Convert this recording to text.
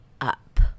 up